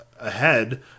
ahead